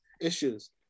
issues